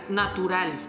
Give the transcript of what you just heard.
natural